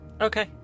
Okay